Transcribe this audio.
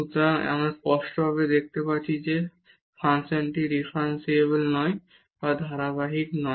সুতরাং আমরা স্পষ্টভাবে দেখতে পাচ্ছি যে ফাংশনটি ডিফারেনশিবল নয় বা ধারাবাহিক নয়